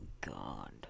god